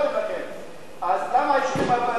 אז למה היישובים, אבל תן לי.